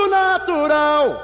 natural